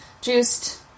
juiced